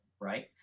Right